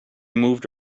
moved